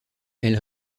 elle